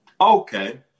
Okay